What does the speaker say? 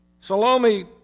Salome